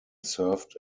served